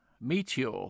Meteor